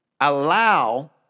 allow